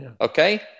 Okay